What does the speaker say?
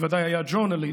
בוודאי היה ג'ורנליסט,